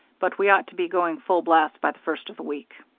but we ought to be going full blast by the first of the week.